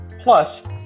Plus